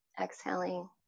exhaling